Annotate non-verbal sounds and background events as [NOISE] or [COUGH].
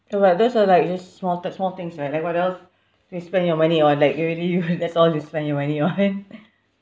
oh but those were like just small th~ small things like what else you spend your money on like you really you that's all you spend your money on [LAUGHS]